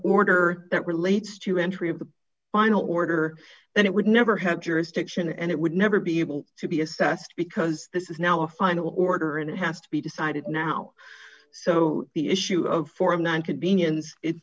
order that relates to entry of the final order then it would never have jurisdiction and it would never be able to be assessed because this is now a final order and it has to be decided now so the issue of form one convenience